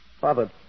Father